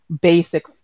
basic